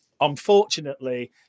Unfortunately